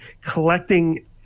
collecting